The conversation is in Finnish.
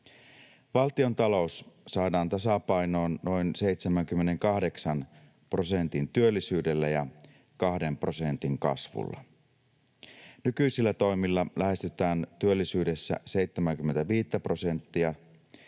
Valtiontalous saadaan tasapainoon noin 78 prosentin työllisyydellä ja 2 prosentin kasvulla. Nykyisillä toimilla lähestytään työllisyydessä 75:tä prosenttia.